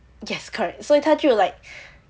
yes correct 所以他就 like